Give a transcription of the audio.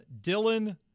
Dylan